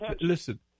listen